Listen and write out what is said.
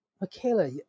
Michaela